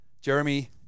jeremy